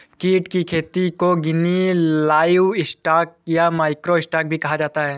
कीट की खेती को मिनी लाइवस्टॉक या माइक्रो स्टॉक भी कहा जाता है